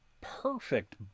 perfect